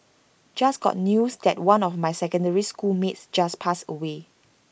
just got news that one of my secondary school mates just passed away